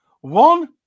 One